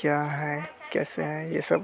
क्या हैं कैसे हैं ये सब